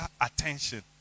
attention